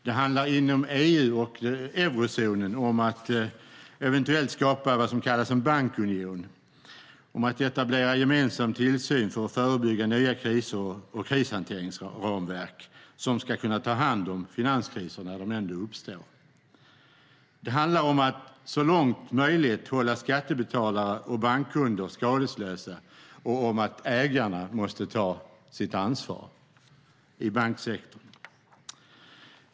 Det handlar inom EU och eurozonen om att eventuellt skapa vad som kallas en bankunion, etablera gemensam tillsyn för att förebygga nya kriser och krishanteringsramverk som ska kunna ta hand om finanskriser när de ändå uppstår. Det handlar om att så långt det är möjligt hålla skattebetalare och bankkunder skadeslösa och om att ägarna måste ta sitt ansvar i banksektorn.